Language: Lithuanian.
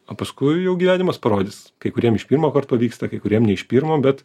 o paskui jau gyvenimas parodys kai kuriem iš pirmo kart pavyksta kai kuriem ne iš pirmo bet